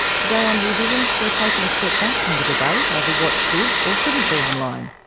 today on rear vision, we're taking a step back from the debate over what should or shouldn't be online,